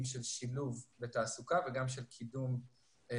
של שילוב בתעסוקה וגם של קידום בשכר.